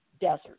desert